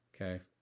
Okay